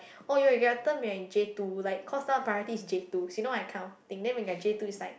oh you're you're turn when you're in J two like cause some priorities is J twos you know that kind of thing then when you're J two is like